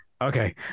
okay